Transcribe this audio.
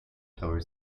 tower